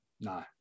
no